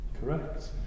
Correct